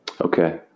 Okay